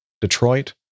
Detroit